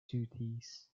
duties